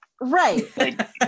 Right